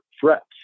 threats